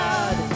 God